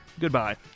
goodbye